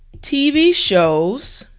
tv shows